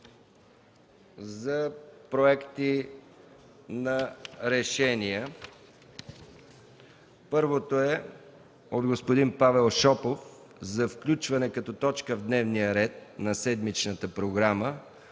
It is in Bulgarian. за проекти за решения. Първото предложение е от господин Павел Шопов за включване като точка в дневния ред на седмичната програма